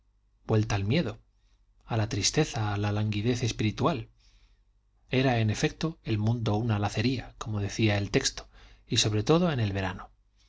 vuelta al miedo a la tristeza a la languidez espiritual era en efecto el mundo una lacería como decía el texto y sobre todo en el verano